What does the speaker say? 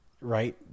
Right